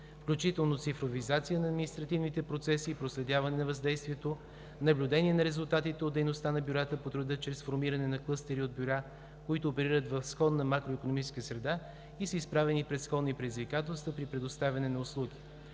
включително цифровизация на административните процеси, проследяване на въздействието, наблюдение на резултатите от дейността на бюрата по труда чрез формиране на клъстери от бюра, които оперират в сходна макроикономическа среда и са изправени пред сходни предизвикателства при предоставяне на услуги.